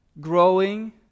Growing